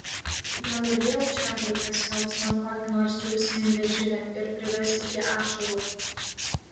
gal ir vėl čarli paskelbs man kokią nors džiaugsmingą žinią ir prives iki ašarų